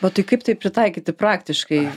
o tai kaip tai pritaikyti praktiškai